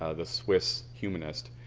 ah the swiss humanist,